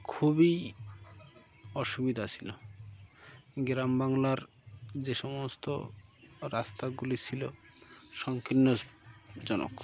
খুবই অসুবিধা ছিল গ্রাম বাংলার যে সমস্ত রাস্তাগুলি ছিল সংকীর্ণজনক